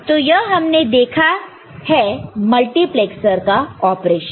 तो यह हमने देखा है मल्टीप्लैक्सर का ऑपरेशन